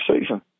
season